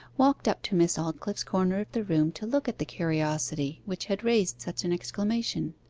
walked up to miss aldclyffe's corner of the room to look at the curiosity which had raised such an exclamation.